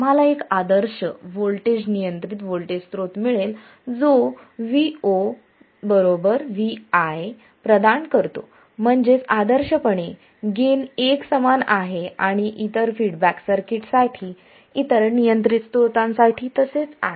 आम्हाला एक आदर्श व्होल्टेज नियंत्रित व्होल्टेज स्रोत मिळेल जो Vo Vi प्रदान करतो म्हणजेच आदर्शपणे गेन एक समान आहे आणि इतर फीडबॅक सर्किट्स साठी इतर नियंत्रित स्त्रोतांसाठी तसेच आहे